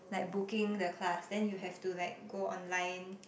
like booking the class then you have to like go online